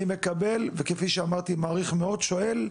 אני מקבל, וכפי שאמרתי מעריך מאוד, שואל.